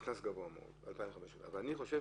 בעיניי זה קנס גבוה מאוד, 2,500. אני חושב